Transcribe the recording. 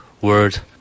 word